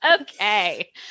okay